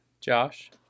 Josh